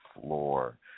floor